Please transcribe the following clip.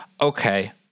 okay